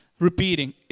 Repeating